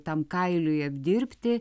tam kailiui apdirbti